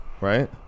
right